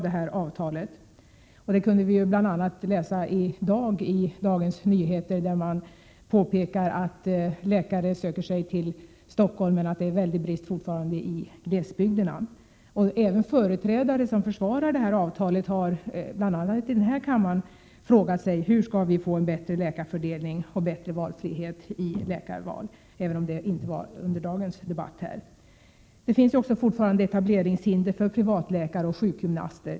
Det kunde vi bl.a. läsa i dag i Dagens Nyheter, där man påpekar att läkare söker sig till Stockholm, men att det fortfarande är brist på läkare i glesbygderna. Även företrädare som försvarar detta avtal har bl.a. i denna kammare frågat sig hur vi skall få en bättre läkarfördelning och större frihet vid val av läkare, även om det inte har skett i dagens debatt. Det finns fortfarande etableringshinder för privatläkare och sjukgymnaster.